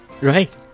Right